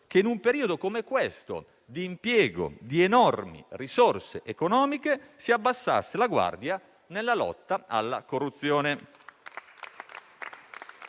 che in un periodo come questo, di impiego di enormi risorse economiche, si abbassasse la guardia nella lotta alla corruzione.